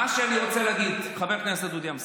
מה שאני רוצה להגיד, חבר הכנסת דודי אמסלם,